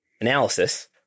analysis